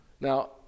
Now